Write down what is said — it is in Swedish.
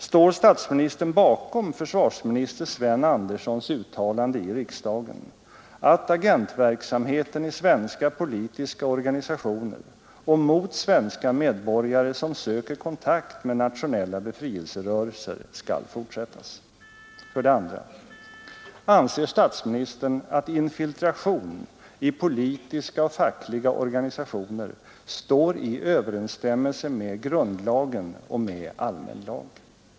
Står statsministern bakom försvarsminister Sven Anderssons uttalande i riksdagen att agentverksamheten i svenska politiska organisationer och mot svenska medborgare som söker kontakt med nationella befrielserörelser skall fortsättas? 2. Anser statsministern att infiltrationen i politiska och fackliga organisationer står i överensstämmelse med grundlagen och med allmän lag?